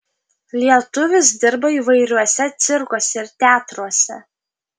lietuvis dirba įvairiuose cirkuose ir teatruose